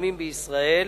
מתוחכמים בישראל